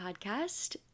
Podcast